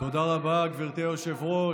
תודה רבה, גברתי היושבת-ראש.